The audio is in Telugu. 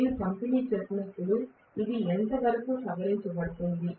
నేను పంపిణీ చేసినప్పుడు ఇది ఎంతవరకు సవరించబడుతుంది